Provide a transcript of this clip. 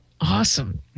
Awesome